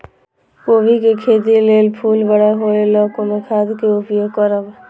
कोबी के खेती लेल फुल बड़ा होय ल कोन खाद के उपयोग करब?